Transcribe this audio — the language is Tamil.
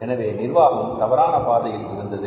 எனவே நிர்வாகம் தவறான பாதையில் இருந்தது